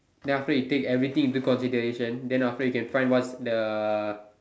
then after you take everything into consideration then after you can find what's the